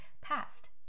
past